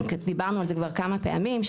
דיברנו על זה כבר כמה פעמים,